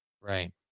right